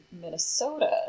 Minnesota